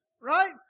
right